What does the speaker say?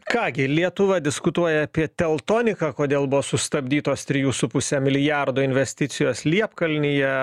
ką gi lietuva diskutuoja apie teltoniką kodėl buvo sustabdytos trijų su puse milijardo investicijos liepkalnyje